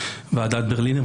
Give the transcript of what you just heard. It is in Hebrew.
ועדת ברלינר,